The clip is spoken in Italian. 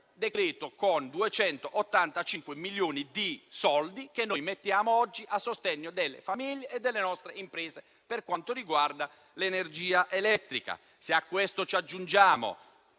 decreto sono 285 milioni di euro che mettiamo oggi a sostegno delle famiglie e delle nostre imprese per quanto riguarda l'energia elettrica. Se a questo ci aggiungiamo